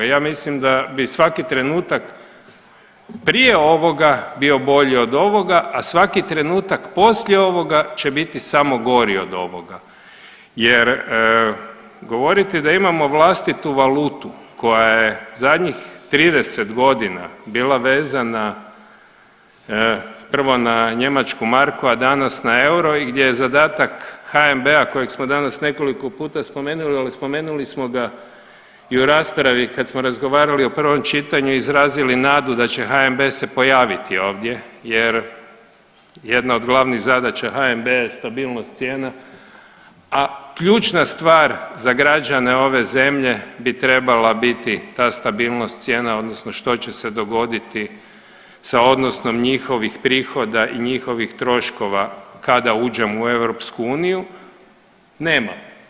Ja mislim da bi svaki trenutak prije ovoga bio bolji od ovoga, a svaki trenutak poslije ovoga će biti samo gori od ovoga jer govoriti da imamo vlastitu valutu koja je zadnjih 30 godina bila vezana prvo na njemačku marku, a danas na euro i gdje je zadatak HNB-a kojeg smo danas nekoliko puta spomenuli, ali spomenuli smo ga i u raspravi kad smo razgovarali u prvom čitanju i izrazili nadu da će HNB se pojaviti ovdje jer jedna od glavnih zadaća HNB-a je stabilnost cijena, a ključna stvar za građane ove zemlje bi trebala biti ta stabilnost cijena odnosno što će se dogoditi sa odnosom njihovih prihoda i njihovih troškova kada uđemo u EU nema.